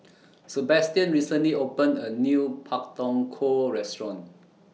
Sabastian recently opened A New Pak Thong Ko Restaurant